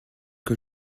que